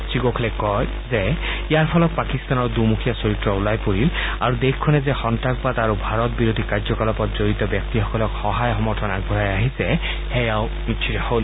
শ্ৰীগোখলে কয় যে ইযাৰ ফলত পাকিস্তানৰ দুমুখীয়া চৰিত্ৰ ওলাই পৰিল আৰু দেশখনে যে সন্তাসবাদ আৰু ভাৰত বিৰোধী কাৰ্যকলাপত জৰিত ব্যক্তিসকলক সহায় সমৰ্থন আগবঢ়াই আহিছে সেয়াও নিশ্চিত হ'ল